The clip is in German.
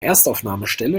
erstaufnahmestelle